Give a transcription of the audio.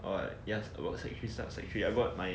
or like yes about sec three start sec three I bought my